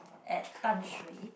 at Dan-Shui